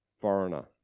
foreigner